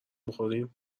بخوریم